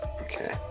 Okay